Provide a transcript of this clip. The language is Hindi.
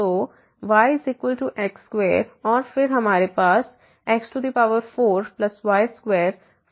तो yx2 और फिर हमारे पास x4y2 फिर से x4